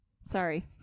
sorry